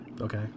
Okay